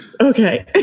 Okay